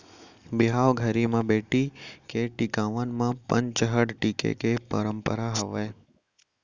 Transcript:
बिहाव घरी म बेटी के टिकावन म पंचहड़ टीके के परंपरा हावय